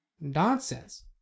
nonsense